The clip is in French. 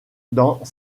dans